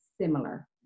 similar